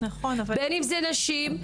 בין אם זה נשים,